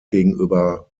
gegenüber